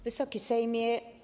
Wysoki Sejmie!